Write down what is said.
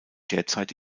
derzeit